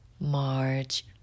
March